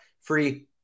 Free